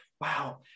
Wow